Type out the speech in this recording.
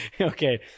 Okay